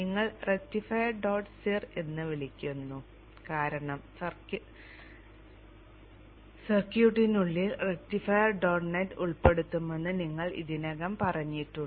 നിങ്ങൾ rectifier dot cir എന്ന് വിളിക്കുന്നു കാരണം സർക്കിനുള്ളിൽ റക്റ്റിഫയർ ഡോട്ട് നെറ്റ് ഉൾപ്പെടുത്തുമെന്ന് നിങ്ങൾ ഇതിനകം പറഞ്ഞിട്ടുണ്ട്